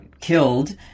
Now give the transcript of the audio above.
killed